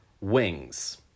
Wings